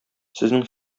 сезнең